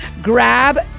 Grab